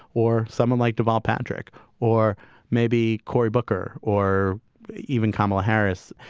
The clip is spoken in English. or someone like deval patrick or maybe cory booker or even kamala harris,